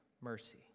mercy